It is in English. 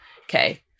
Okay